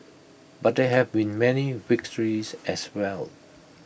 but there have been many victories as well